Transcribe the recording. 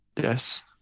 Yes